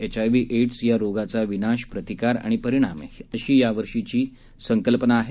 HIV AIDS रोगाचा विनाश प्रतिकार आणि परिणाम अशी यावर्षीची या दिनाची संकल्पना आहे